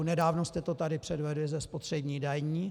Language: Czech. Nedávno jste to tady předvedli se spotřební daní.